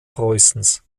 preußens